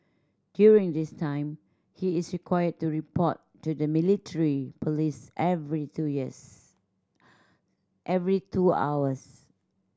during this time he is required to report to the military police every two years every two hours